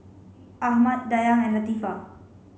Ahmad Dayang and Latifa